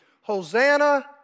Hosanna